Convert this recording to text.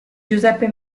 giuseppe